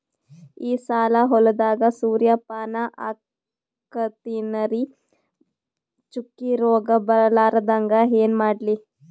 ಈ ಸಲ ಹೊಲದಾಗ ಸೂರ್ಯಪಾನ ಹಾಕತಿನರಿ, ಚುಕ್ಕಿ ರೋಗ ಬರಲಾರದಂಗ ಏನ ಮಾಡ್ಲಿ?